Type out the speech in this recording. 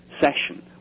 session